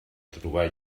trobar